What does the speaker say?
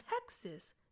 Texas